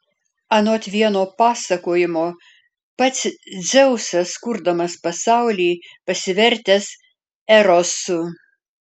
anot vieno pasakojimo pats dzeusas kurdamas pasaulį pasivertęs erosu